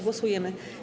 Głosujemy.